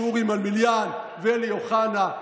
כשאורי מלמיליאן ואלי אוחנה,